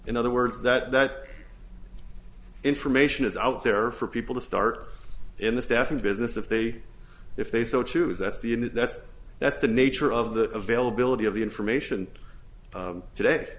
in other words that information is out there for people to start in the staffing business if they if they so choose that's the image that's that's the nature of the availability of the information